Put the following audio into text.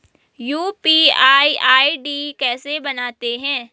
UPI ID कैसे बनाते हैं?